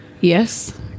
Yes